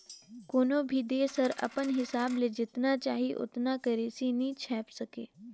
कोनो भी देस हर अपन हिसाब ले जेतना चाही ओतना करेंसी नी छाएप सके